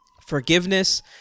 Forgiveness